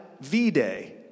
V-Day